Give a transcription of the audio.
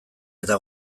eta